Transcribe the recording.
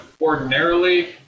ordinarily